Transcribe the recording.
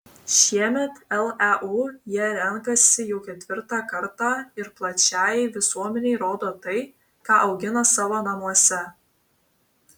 šiemet leu jie renkasi jau ketvirtą kartą ir plačiajai visuomenei rodo tai ką augina savo namuose